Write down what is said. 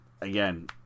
Again